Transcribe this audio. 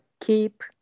keep